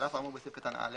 (ב) על אף האמור בסעיף קטן (א)